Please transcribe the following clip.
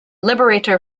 liberator